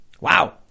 Wow